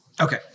Okay